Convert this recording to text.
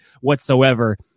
whatsoever